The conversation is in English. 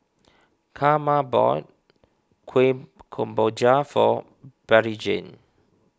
Carma bought Kueh Kemboja for Bettyjane